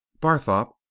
Barthorpe